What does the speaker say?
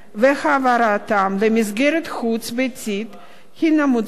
העברתם למסגרת חוץ-ביתית הינה מוצדקת.